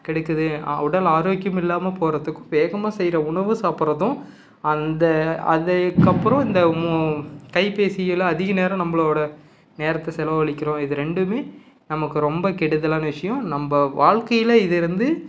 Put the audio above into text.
கெடுக்குது ஆ உடல் ஆரோக்கியம் இல்லாமல் போகிறதுக்கும் வேகமாக செய்கிற உணவு சாப்பிட்றதும் அந்த அதுக்கப்புறம் இந்த மூ கைப்பேசியில் அதிக நேரம் நம்மளோட நேரத்தை செலவழிக்குறோம் இது ரெண்டும் நமக்கு ரொம்ப கெடுதலான விஷயம் நம்ம வாழ்க்கையில் இது இருந்து